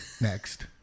Next